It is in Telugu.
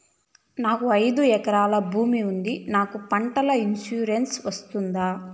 నాకు ఐదు ఎకరాల భూమి ఉంది నాకు పంటల ఇన్సూరెన్సుకు వస్తుందా?